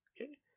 okay